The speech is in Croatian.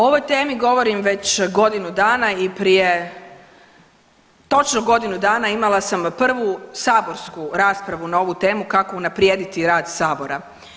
O ovoj temi govorim već godinu dana i prije točno godinu dana imala sam prvu saborsku raspravu na ovu temu kako unaprijediti rad sabora.